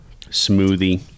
smoothie